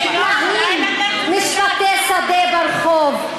מנהלים משפטי שדה ברחוב.